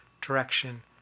direction